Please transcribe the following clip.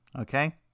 okay